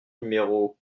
numéro